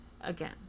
again